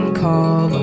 call